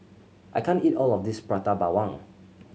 I can't eat all of this Prata Bawang